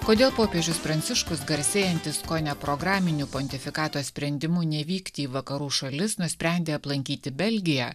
kodėl popiežius pranciškus garsėjantis kone programiniu pontifikato sprendimu nevykti į vakarų šalis nusprendė aplankyti belgiją